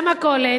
למכולת,